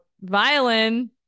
violin